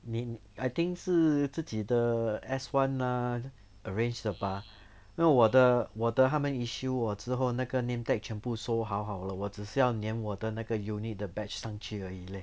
I mean I think 是自己的 S one ah arrange 的 bah 那我的我的他们 issue 我之后那个 name tag 全部 sew 好好了我只是要黏我的那个 unit 的 badge 上去而已 leh